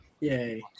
Yay